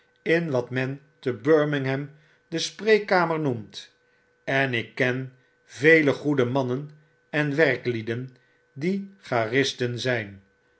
in wat men te birmingham de spreekkamer noemt en ik ken vele gioede mannen en werklieden die chartisten zijn